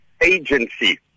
agency